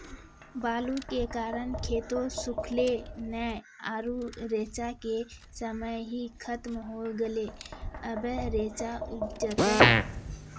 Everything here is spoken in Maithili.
बालू के कारण खेत सुखले नेय आरु रेचा के समय ही खत्म होय गेलै, अबे रेचा उपजते?